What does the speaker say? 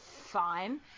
fine